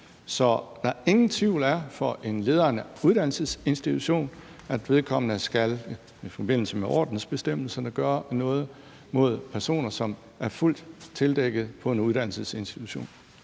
så der ingen tvivl er for en leder af en uddannelsesinstitution om, at vedkommende ifølge ordensbestemmelserne skal gøre noget mod personer, som er fuldt tildækket på en uddannelsesinstitution?